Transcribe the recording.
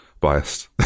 biased